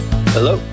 Hello